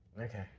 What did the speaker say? Okay